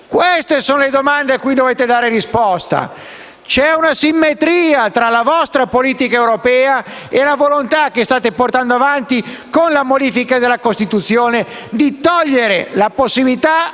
Queste sono le domande cui dovete dare risposta. C'è una simmetria tra la vostra politica europea e la volontà, che state portando avanti con la modifica della Costituzione, di togliere la possibilità